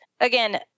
again